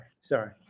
Sorry